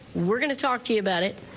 we're going to talk to you about it,